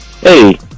Hey